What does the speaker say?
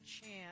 chance